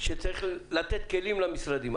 צריך לתת כלים למשרדים.